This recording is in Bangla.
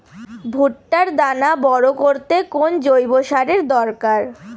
ভুট্টার দানা বড় করতে কোন জৈব সারের দরকার?